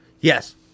Yes